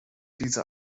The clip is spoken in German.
diese